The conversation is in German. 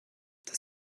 das